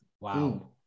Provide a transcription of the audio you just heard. wow